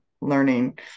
learning